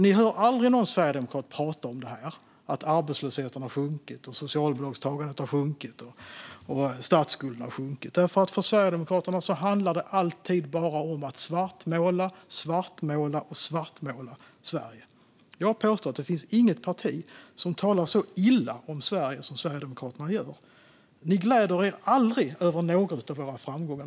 Ni hör aldrig någon sverigedemokrat prata om detta: att arbetslösheten har sjunkit, att socialbidragstagandet har sjunkit och att statsskulden har sjunkit. För Sverigedemokraterna handlar det alltid bara om att svartmåla, svartmåla och svartmåla Sverige. Jag påstår att det inte finns något parti som talar så illa om Sverige som Sverigedemokraterna gör. Ni gläder er aldrig över våra framgångar.